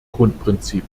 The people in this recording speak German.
grundprinzip